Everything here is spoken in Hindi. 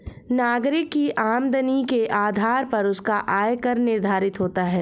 नागरिक की आमदनी के आधार पर उसका आय कर निर्धारित होता है